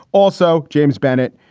also, james bennett,